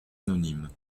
anonyme